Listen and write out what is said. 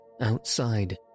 Outside